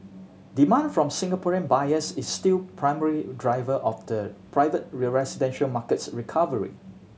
demand from Singaporean buyers is still primary driver of the private residential market's recovery